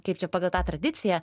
kaip čia pagal tą tradiciją